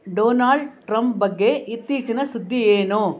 Donald Trump ಬಗ್ಗೆ ಇತ್ತೀಚಿನ ಸುದ್ದಿ ಏನು